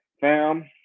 fam